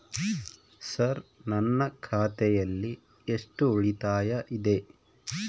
Sir ನನ್ನ ಖಾತೆಯಲ್ಲಿ ಎಷ್ಟು ಉಳಿತಾಯ ಇದೆ?